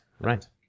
right